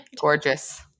Gorgeous